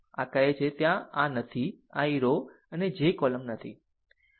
આ કહે છે આ ત્યાં નથી i રો અને j કોલમ નથી